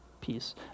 piece